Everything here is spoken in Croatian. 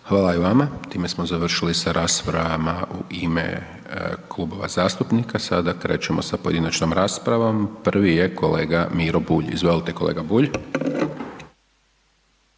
Hvala i vama. Time smo završili sa rasprava u ime klubova zastupnika, sada krećemo sa pojedinačnom raspravom, prvi je kolega Miro Bulj, izvolite kolega Bulj.